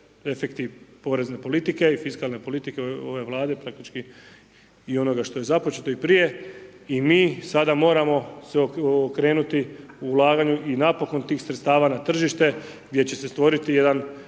efekti porezne politike i fiskalne politike ove Vlade praktički i onoga što je započeto i prije i mi sada moramo se okrenuti ulaganju i napokon tih sredstava na tržište gdje će se stvoriti jedan